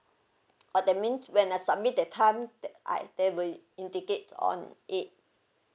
orh that mean when I submit that time that I they will indicate on it